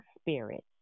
spirit